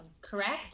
correct